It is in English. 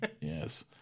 Yes